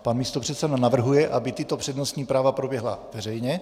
Pan místopředseda navrhuje, aby tato přednostní práva proběhla veřejně.